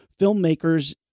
filmmakers